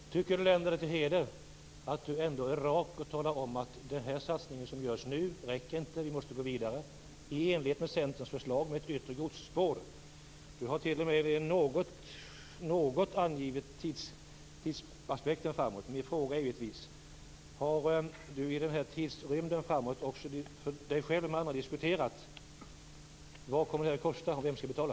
Herr talman! Jag tycker att det länder Lars-Erik Lövdén till heder att han är rak och talar om att den satsning som nu görs inte räcker och att vi måste gå vidare, i enlighet med Centerns förslag om ett yttre godsspår. Han har t.o.m. något angivit tidsaspekten framåt. Min fråga blir naturligtvis: Har han för tiden framåt också med sig själv eller med andra diskuterat vad det här kommer att kosta och vem som skall betala?